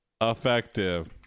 effective